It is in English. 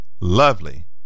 lovely